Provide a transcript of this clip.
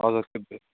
हजुर